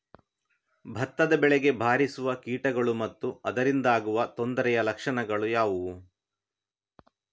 ಭತ್ತದ ಬೆಳೆಗೆ ಬಾರಿಸುವ ಕೀಟಗಳು ಮತ್ತು ಅದರಿಂದಾದ ತೊಂದರೆಯ ಲಕ್ಷಣಗಳು ಯಾವುವು?